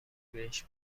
بهش